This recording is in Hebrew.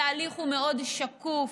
התהליך הוא מאוד שקוף,